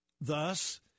Thus